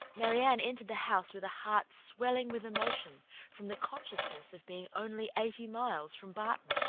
marianne entered the house with a heart swelling with emotion from the consciousness of being only eighty miles from barton,